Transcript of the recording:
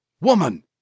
Woman